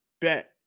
bet